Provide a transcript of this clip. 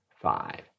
five